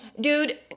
Dude